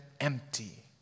empty